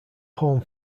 home